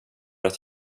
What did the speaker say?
att